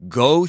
go